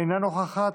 אינה נוכחת,